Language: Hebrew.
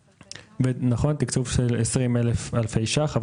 1189. תקצוב של 20 אלף אלפי שקלים עבור